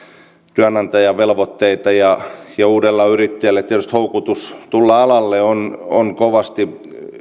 työnantajavelvoitteita ja uudella yrittäjällä tietysti houkutus tulla alalle on on kovasti